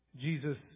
Jesus